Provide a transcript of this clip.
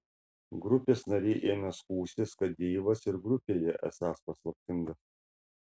grupės nariai ėmė skųstis kad deivas ir grupėje esąs paslaptingas